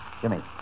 Jimmy